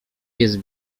jest